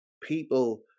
people